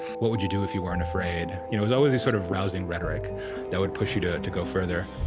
what would you do if you weren't afraid? you know, it was always this sort of rousing rhetoric that would push you to to go further.